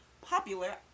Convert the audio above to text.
popular